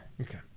okay